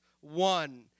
one